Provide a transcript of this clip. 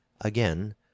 Again